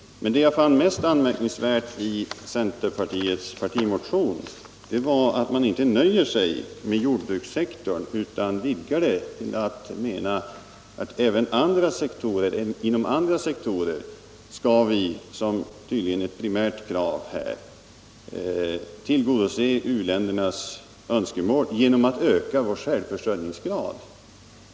Men det jag fann mest anmärkningsvärt i centerpartiets partimotion var att man inte nöjer sig med jordbrukssektorn utan vidgar resonemanget till att gälla andra sektorer. Även på andra sektorer skall vi tydligen enligt centern tillgodose u-ländernas önskemål genom att öka vår självförsörjningsgrad.